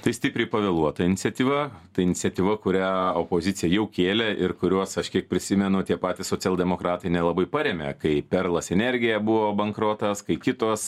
tai stipriai pavėluota iniciatyva ta iniciatyva kurią opozicija jau kėlė ir kurios aš kiek prisimenu tie patys socialdemokratai nelabai parėmė kai perlas energija buvo bankrotas kai kitos